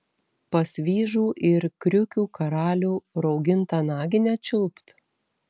pas vyžų ir kriukių karalių raugintą naginę čiulpt